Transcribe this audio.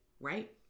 right